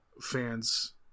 fans